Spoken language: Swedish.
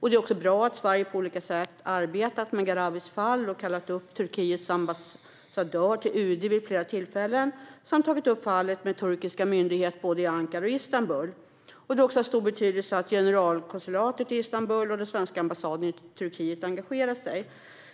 Det är bra att Sverige på olika sätt har arbetat med Gharavis fall och har kallat upp Turkiets ambassadör till UD vid flera tillfällen samt tagit upp fallet med turkiska myndigheter, både i Ankara och i Istanbul. Det är också av stor betydelse att vårt generalkonsulat i Istanbul och den svenska ambassaden i Turkiet har engagerat sig.